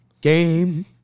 game